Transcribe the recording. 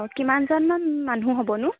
অঁ কিমানজনমান মানুহ হ'বনো